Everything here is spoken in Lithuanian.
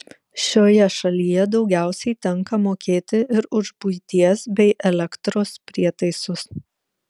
šioje šalyje daugiausiai tenka mokėti ir už buities bei elektros prietaisus